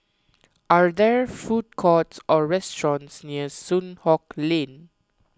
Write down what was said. are there food courts or restaurants near Soon Hock Lane